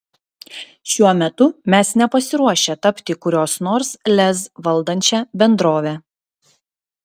šiuo metu mes nepasiruošę tapti kurios nors lez valdančia bendrove